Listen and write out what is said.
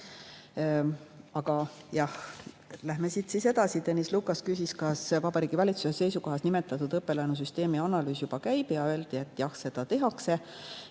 arvu. Läheme siit edasi. Tõnis Lukas küsis, kas Vabariigi Valitsuse seisukohas nimetatud õppelaenu süsteemi analüüs juba käib. Öeldi, et jah, seda tehakse.